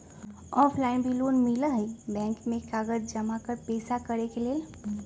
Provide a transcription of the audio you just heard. Offline भी loan मिलहई bank में कागज जमाकर पेशा करेके लेल?